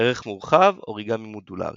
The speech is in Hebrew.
ערך מורחב – אוריגמי מודולרי